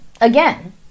again